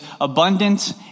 abundant